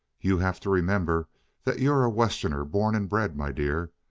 you have to remember that you're a westerner born and bred, my dear.